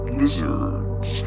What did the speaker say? lizards